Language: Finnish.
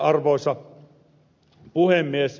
arvoisa puhemies